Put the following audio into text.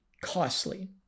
costly